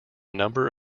number